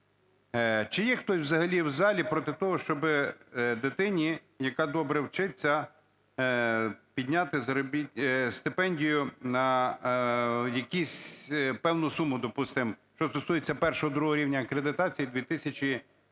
Чи є хтось взагалі в залі проти того, щоби дитині, яка добре вчиться, підняти стипендію на якусь певну суму, допустимо, що стосується І-ІІ рівня акредитації - 2